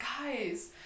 guys